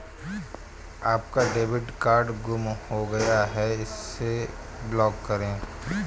आपका debit card गुम हो गया है इसे ब्लॉक करें